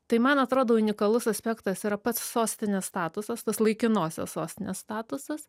tai man atrodo unikalus aspektas yra pats sostinės statusas tas laikinosios sostinės statusas